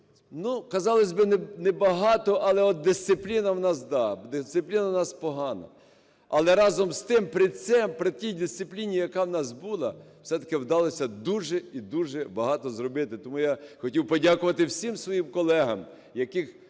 Хоч казалось би не багато, але от дисципліна у нас да, дисципліна у нас погана. Але, разом з тим, при тій дисципліні, яка у нас була, все-таки вдалося дуже і дуже багато зробити. Тому я хотів подякувати всім своїм колегам, з якими